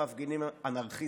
מרבית המפגינים הם לא אנרכיסטים,